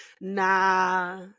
nah